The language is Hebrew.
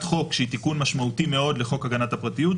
חוק שהיא תיקון משמעותי מאוד לחוק הגנת הפרטיות,